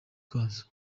kazo